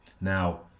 Now